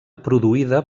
produïda